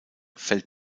fällt